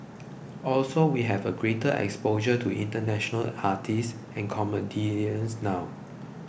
also we have a greater exposure to international artists and comedians now